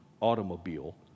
automobile